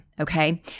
okay